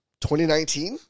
2019